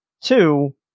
Two